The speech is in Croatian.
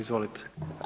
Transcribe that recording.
Izvolite.